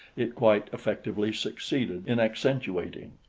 it quite effectively succeeded in accentuating.